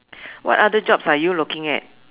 what other jobs are you looking at